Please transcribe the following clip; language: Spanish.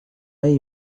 hay